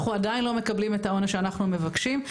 אנחנו עדיין לא מקבלים את העונש שאנחנו מבקשים,